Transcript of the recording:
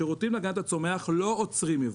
השירותים להגנת הצומח לא עוצרים ייבוא.